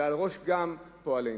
אלא גם על ראש פועלנו.